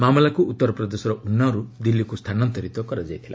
ମାମଲାକୁ ଉତ୍ତର ପ୍ରଦେଶର ଉନ୍ନାଓରୁ ଦିଲ୍ଲୀକୁ ସ୍ଥାନାନ୍ତରିତ କରାଯାଇଥିଲା